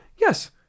yes